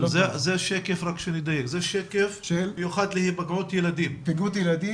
רק לדייק, זה שקף מיוחד להיפגעות ילדים.